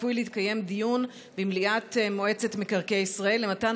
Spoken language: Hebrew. צפוי להתקיים דיון במליאת מועצת מקרקעי ישראל על מתן